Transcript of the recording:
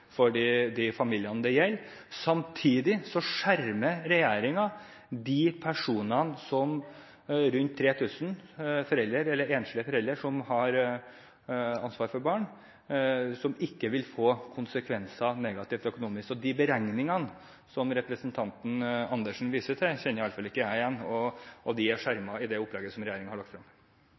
de familiene det gjelder. Samtidig skjermer regjeringen de personene … Sprøyt! ... rundt 3 000 enslige foreldre, som har ansvar for barn, som ikke vil få negative konsekvenser økonomisk. Så de beregningene som representanten Andersen viser til, kjenner iallfall ikke jeg igjen, og de er skjermet i det opplegget som regjeringen har lagt